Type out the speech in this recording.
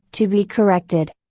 to be corrected.